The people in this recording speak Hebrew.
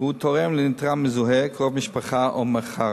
שהוא תורם לנתרם מזוהה, קרוב משפחה או מכר.